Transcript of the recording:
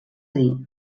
dir